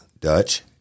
Dutch